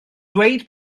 dweud